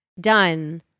done